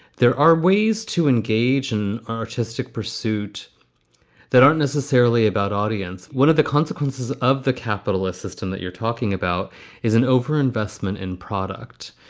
there are ways to engage in artistic pursuit that aren't necessarily about audience. what are the consequences of the capitalist system that you're talking about is an overinvestment in product.